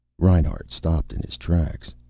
reinhart stopped in his tracks.